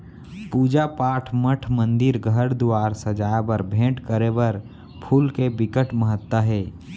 पूजा पाठ, मठ मंदिर, घर दुवार सजाए बर, भेंट करे बर फूल के बिकट महत्ता हे